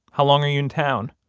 how long are you in town?